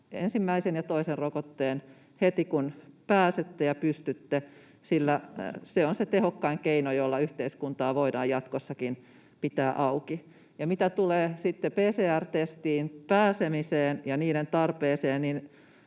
ensimmäisen ja toisen rokotteen heti, kun pääsette ja pystytte, sillä se on tehokkain keino, jolla yhteiskuntaa voidaan jatkossakin pitää auki. Mitä tulee sitten PCR-testiin pääsemiseen ja niiden tarpeeseen,